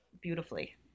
beautifully